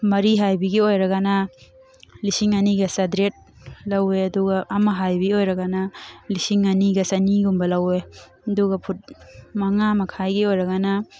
ꯃꯔꯤ ꯍꯥꯏꯕꯤꯒꯤ ꯑꯣꯏꯔꯒꯅ ꯂꯤꯁꯤꯡ ꯑꯅꯤꯒ ꯆꯥꯇ꯭ꯔꯦꯠ ꯂꯧꯋꯦ ꯑꯗꯨꯒ ꯑꯃ ꯍꯥꯏꯕꯤ ꯑꯣꯏꯔꯒꯅ ꯂꯤꯁꯤꯡ ꯑꯅꯤꯒ ꯆꯥꯅꯤꯒꯨꯝꯕ ꯂꯧꯋꯦ ꯑꯗꯨꯒ ꯐꯨꯠ ꯃꯉꯥ ꯃꯈꯥꯏꯒꯤ ꯑꯣꯏꯔꯒꯅ